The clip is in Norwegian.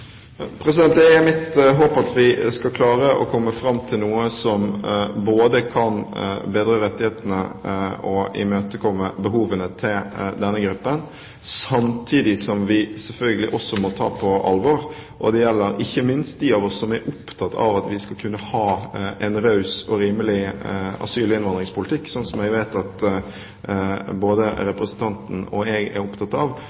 Det er mitt håp at vi skal klare å komme fram til noe som kan både bedre rettighetene og imøtekomme behovene til denne gruppen, samtidig som vi selvfølgelig også må ta dette på alvor. Det gjelder ikke minst de av oss som er opptatt av at vi skal kunne ha en raus og rimelig asyl- og innvandringspolitikk, men jeg vet at både representanten og jeg er opptatt av